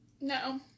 No